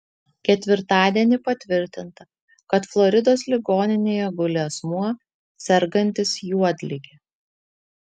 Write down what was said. ketvirtadienį patvirtinta kad floridos ligoninėje guli asmuo sergantis juodlige